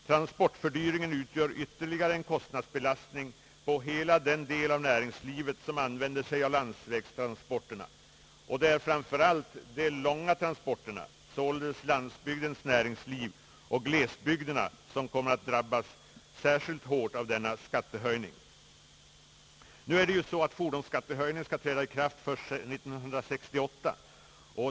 Transportfördyringen utgör ytterligare en kostnadsbelastning på hela den del av näringslivet, som använder sig av landsvägstransporter, och det är framför allt de långa transporterna, således landsbygdens näringsliv och glesbygderna, som kommer att drabbas särskilt hårt av denna skattehöjning. Det förhåller sig ju så att fordonsskattens höjning skall träda i kraft först 1968.